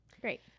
Great